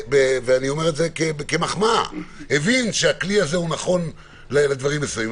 ואני אומר את זה כמחמאה הבין שהכלי הזה הוא נכון לדברים מסוימים,